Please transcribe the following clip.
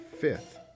fifth